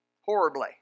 horribly